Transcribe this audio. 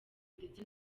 ndetse